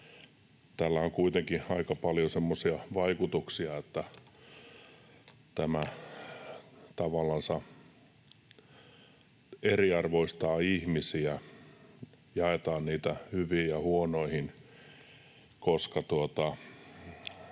tällä on kuitenkin aika paljon semmoisia vaikutuksia, että tämä tavallansa eriarvoistaa ihmisiä — jaetaan niitä hyviin ja huonoihin,